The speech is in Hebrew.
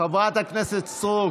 חברת הכנסת רגב,